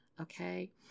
Okay